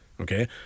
Okay